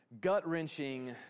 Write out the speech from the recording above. gut-wrenching